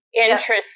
Interesting